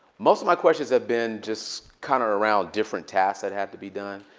most of my questions have been just kind of around different tasks that had to be done.